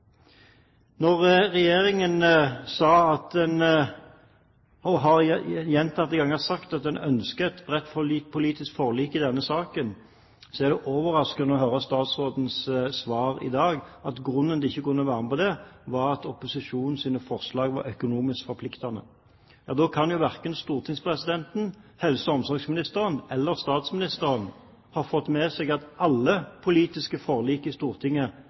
gjentatte ganger har sagt om at en ønsker et bredt politisk forlik i denne saken, er det overraskende å høre statsrådens svar i dag: at grunnen til at de ikke kunne være med på det, var at opposisjonens forslag var økonomisk forpliktende. Ja, da kan verken stortingspresidenten, helse- og omsorgsministeren eller statsministeren ha fått med seg at alle politiske forlik i Stortinget